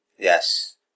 Yes